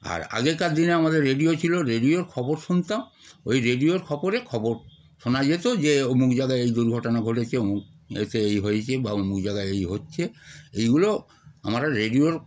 আর আগেকার দিনে আমাদের রেডিও ছিল রেডিওর খবর শুনতাম ওই রেডিওর খবরে খবর শোনা যেত যে অমুক জায়গায় এই দুর্ঘটনা ঘটেছে অমুক এতে এই হয়েছে বা অমুক জায়গায় এই হচ্ছে এইগুলো আমরা রেডিওর